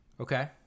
okay